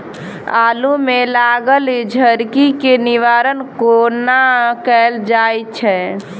आलु मे लागल झरकी केँ निवारण कोना कैल जाय छै?